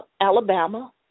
Alabama